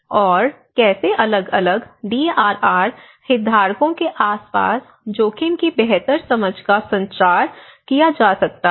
और कैसे अलग अलग डीआरआर हितधारकों के आसपास जोखिम की बेहतर समझ का संचार किया जा सकता है